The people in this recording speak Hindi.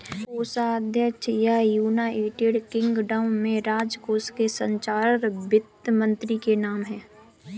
कोषाध्यक्ष या, यूनाइटेड किंगडम में, राजकोष के चांसलर वित्त मंत्री के नाम है